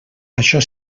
això